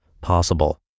possible